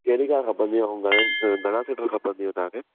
कहिड़ी कार खपंदी ऐं घणनि घणा सीटर खपंदी तव्हांखे